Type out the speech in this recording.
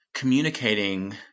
communicating